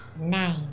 Nine